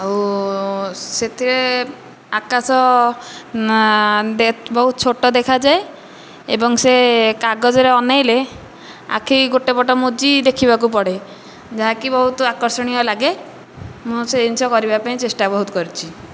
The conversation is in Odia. ଆଉ ସେଥିରେ ଆକାଶ ବହୁତ ଛୋଟ ଦେଖାଯାଏ ଏବଂ ସେ କାଗଜରେ ଅନାଇଲେ ଆଖି ଗୋଟିଏପଟ ମୁଜି ଦେଖିବାକୁ ପଡ଼େ ଯାହାକି ବହୁତ ଆକର୍ଷଣୀୟ ଲାଗେ ମୁଁ ସେ ଜିନିଷ କରିବାପାଇଁ ଚେଷ୍ଟା ବହୁତ କରିଛି